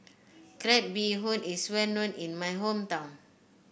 Crab Bee Hoon is well known in my hometown